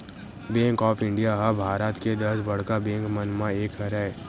bank of India ह भारत के दस बड़का बेंक मन म एक हरय